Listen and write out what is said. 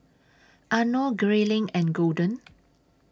Arno Grayling and Golden